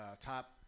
top